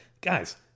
guys